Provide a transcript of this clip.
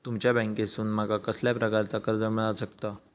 तुमच्या बँकेसून माका कसल्या प्रकारचा कर्ज मिला शकता?